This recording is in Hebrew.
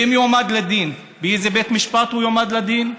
ואם יועמד לדין, באיזה בית משפט הוא יועמד לדין?